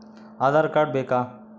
Aadhaar card ಬೇಕಾ?